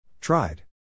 Tried